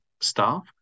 staff